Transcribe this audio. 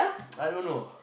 I don't know